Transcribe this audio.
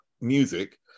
music